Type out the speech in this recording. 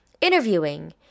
interviewing